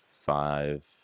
five